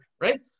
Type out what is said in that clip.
right